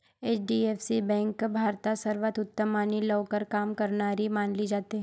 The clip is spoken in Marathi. एच.डी.एफ.सी बँक भारतात सर्वांत उत्तम आणि लवकर काम करणारी मानली जाते